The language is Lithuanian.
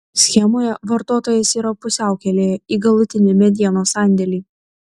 schemoje vartotojas yra pusiaukelėje į galutinį medienos sandėlį